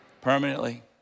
Permanently